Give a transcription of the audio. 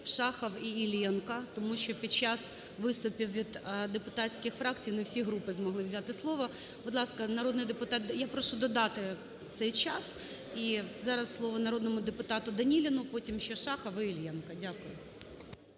Шахов і Іллєнко, тому що під час виступів від депутатських фракцій не всі групи змогли взяти слово. Будь ласка, народний депутат… Я прошу додати цей час. І зараз слово народному депутату Даніліну. Потім ще Шахов і Іллєнко. Дякую.